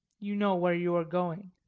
you know where you are going,